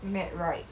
mad right man